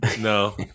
No